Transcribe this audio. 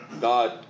God